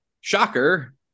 shocker